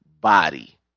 body